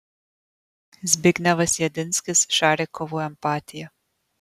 zbignevas jedinskis šarikovo empatija